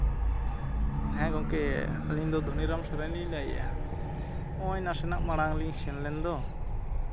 ᱦᱮᱸ ᱜᱚᱢᱠᱮ ᱟᱹᱞᱤᱧᱫᱚ ᱫᱷᱚᱱᱤᱨᱟᱢ ᱥᱚᱨᱮᱱ ᱞᱤᱧ ᱞᱟᱹᱭᱮᱫᱟ ᱱᱚᱜᱼᱚᱭ ᱱᱟᱥᱮᱱᱟᱜ ᱢᱟᱲᱟᱝ ᱨᱮᱞᱤᱧ ᱥᱮᱱ ᱞᱮᱱᱫᱚ